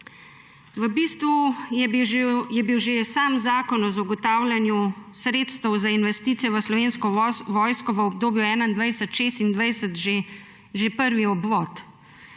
V bistvu je bil že sam Zakon o zagotavljanju sredstev za investicije v Slovensko vojsko v obdobju 2021–2026 že prvi obvod.